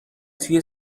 توی